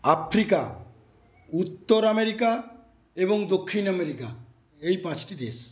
Africa উত্তর America এবং দক্ষিণ আমেরিকা এই পাঁচটি দেশ